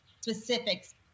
specifics